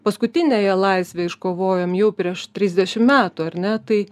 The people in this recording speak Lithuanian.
paskutiniąją laisvę iškovojom jau prieš trisdešim metų ar ne tai